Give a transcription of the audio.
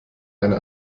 eine